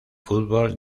fútbol